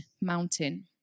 mountain